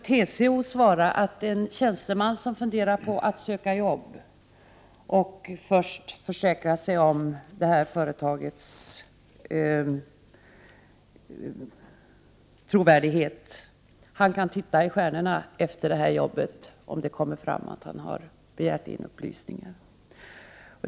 TCO svarade att en tjänsteman som funderar på att söka arbete och först försäkrar sig om företagets trovärdighet kan titta i stjärnorna efter arbetet om det kommer fram att han begärt in upplysningar.